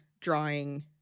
drawing